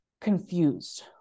confused